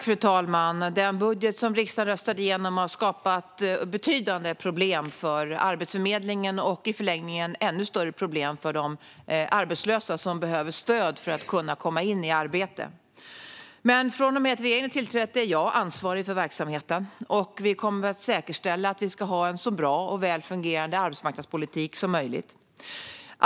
Fru talman! Den budget som riksdagen röstade igenom har skapat betydande problem för Arbetsförmedlingen och i förlängningen ännu större problem för de arbetslösa som behöver stöd för att kunna komma in i arbete. Från det att regeringen tillträdde är dock jag ansvarig för verksamheten, och vi kommer att säkerställa att vi ska ha en så bra och väl fungerande arbetsmarknadspolitik som möjligt.